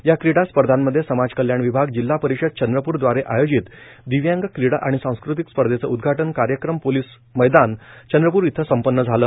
या क्रीडा स्पर्धेमध्ये समाजकल्याण विभागए जिल्हा परिषद चंद्रपूर दवारे आयोजित दिव्यांग क्रीडा आणि सांस्कृतिक स्पर्धेचे उद्घाटन कार्यक्रम पोलीस मैदानए चंद्रप्र इथ संपन्न झाले